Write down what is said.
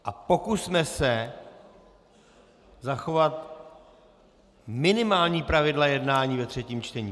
A pokusme se zachovat minimální pravidla jednání ve třetím čtení.